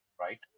right